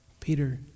Peter